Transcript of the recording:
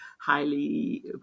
highly